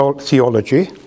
theology